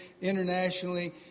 internationally